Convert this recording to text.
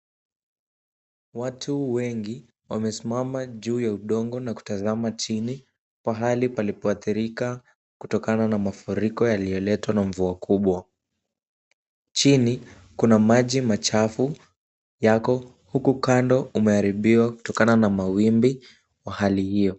Watu wengi wamesimama juu ya udongo na kutazama chini, pahali palipo athirika kutokana na mafuriko yaliyoletwa na mvua kubwa. Chini kuna maji machafu, yako huku kando umearibiwa kutokana na mawimbi na hali hiyo